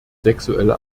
sexuelle